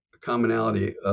commonality